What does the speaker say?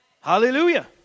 Hallelujah